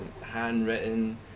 handwritten